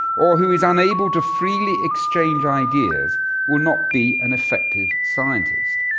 or who is unable to freely exchange ideas will not be an effective scientist.